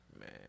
man